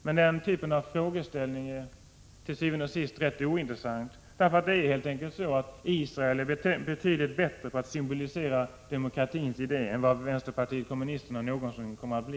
Men den typen av frågeställningar är til syvende og sidst ointressant, eftersom Israel helt enkelt är betydligt bättre på att symbolisera demokratins idé än vad vänsterpartiet kommunisterna någonsin kommer att bli.